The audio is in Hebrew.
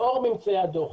לאור ממצאי הדוח,